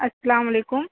السّلام علیکم